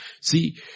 See